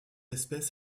espèce